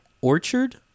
Orchard